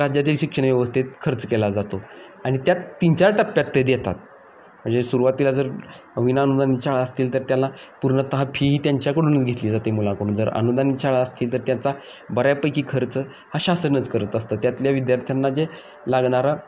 राज्यातील शिक्षणव्यवस्थेत खर्च केला जातो आणि त्यात तीनचार टप्यात ते देतात म्हणजे सुरवातीला जर विनाअनुदान शाळा असतील तर त्यांना पूर्णतः फीही त्यांच्याकडूनच घेतली जाते मुलाकडून जर अनुदानित शाळा असतील तर त्यांचा बऱ्यापैकी खर्च हा शासनच करत असतं त्यातल्या विद्यार्थ्यांना जे लागणारा